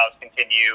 continue